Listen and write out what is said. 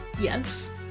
Yes